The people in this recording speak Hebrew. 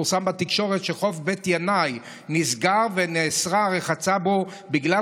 פורסם בתקשורת שחוף בית ינאי נסגר ונאסרה הרחצה בו בגלל